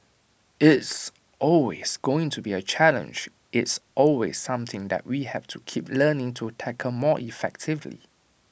it's always going to be A challenge it's always something that we have to keep learning to tackle more effectively